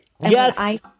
Yes